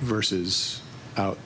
versus out